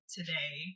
today